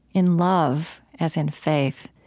in love as in faith,